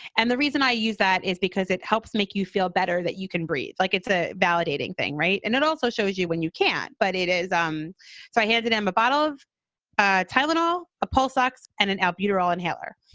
and the reason i use that is because it helps make you feel better that you can breathe. like it's a validating thing. right. and it also shows you when you can't. but it is. um so i handed him a bottle of ah tylenol, a pulse ox and an albuterol inhaler.